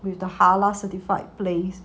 with the halal certified place